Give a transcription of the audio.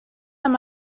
amb